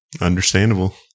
Understandable